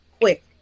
quick